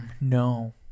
No